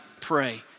pray